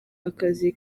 akazi